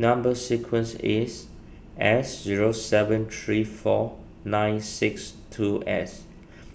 Number Sequence is S zero seven three four nine six two S